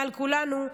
מעל כולנו,